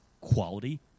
quality